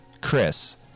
Chris